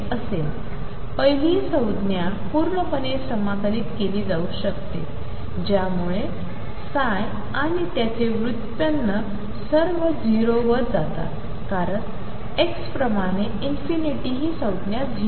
असेल पहिली संज्ञा पूर्णपणे समाकलित केली जाऊ शकते ज्यामुळे ψ आणि त्यांचे व्युत्पन्न सर्व 0 वर जातात कारण x प्रमाणे ही संज्ञा 0